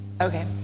Okay